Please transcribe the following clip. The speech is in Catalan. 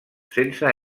sense